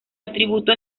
atributo